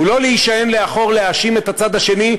הוא לא להישען לאחור ולהאשים את הצד השני,